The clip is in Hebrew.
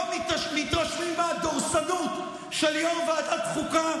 לא מתרשמים מהדורסנות של יו"ר ועדת החוקה,